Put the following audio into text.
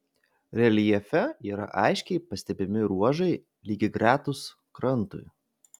reljefe yra aiškiai pastebimi ruožai lygiagretūs krantui